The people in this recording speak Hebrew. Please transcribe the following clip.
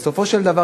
בסופו של דבר,